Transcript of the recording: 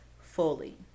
fully